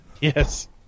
Yes